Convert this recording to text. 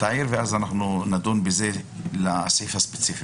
תעיר ונדון בסעיף הספציפי.